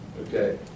Okay